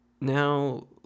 Now